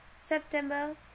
September